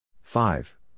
five